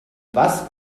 was